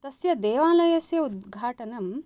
तस्य देवालस्य उद्घाटनं